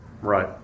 Right